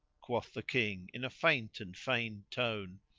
quoth the king in a faint and feigned tone.